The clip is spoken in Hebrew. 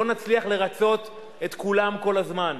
לא נצליח לרצות את כולם כל הזמן,